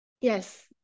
Yes